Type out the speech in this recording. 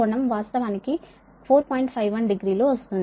51 degree లు వస్తుంది